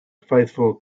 faithful